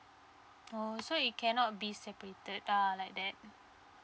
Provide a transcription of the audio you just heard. oh so it cannot be separated lah like that